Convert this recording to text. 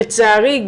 לצערי,